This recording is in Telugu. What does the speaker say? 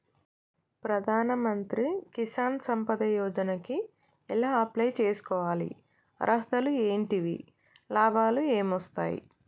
ప్రధాన మంత్రి కిసాన్ సంపద యోజన కి ఎలా అప్లయ్ చేసుకోవాలి? అర్హతలు ఏంటివి? లాభాలు ఏమొస్తాయి?